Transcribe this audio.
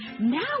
now